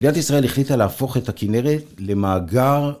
מדינת ישראל החליטה להפוך את הכנרת למאגר...